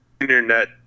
internet